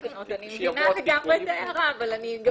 אני מבינה לגמרי את ההערה אבל אני גם